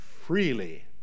freely